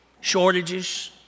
Shortages